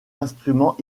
instruments